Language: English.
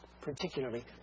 particularly